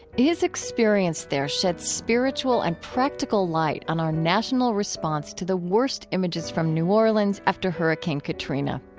his experience there sheds spiritual and practical light on our national response to the worst images from new orleans after hurricane katrina.